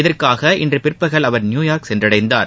இதற்காக இன்று பிற்பகல் அவர் நியூயார்க் சென்றடைந்தார்